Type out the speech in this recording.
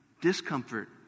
discomfort